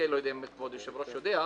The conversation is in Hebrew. לא יודע אם כבוד היושב-ראש יודע,